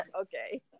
okay